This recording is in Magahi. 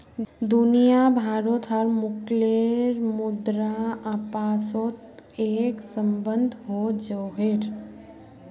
दुनिया भारोत हर मुल्केर मुद्रा अपासोत एक सम्बन्ध को जोड़ोह